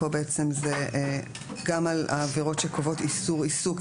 --- פה בעצם זה גם על העבירות שקובעות איסור עיסוק,